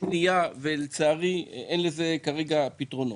לצערי אין לזה כרגע פתרונות.